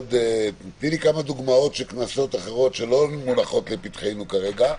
תני לי כמה דוגמאות של קנסות אחרים שלא מונחים לפתחנו כרגע,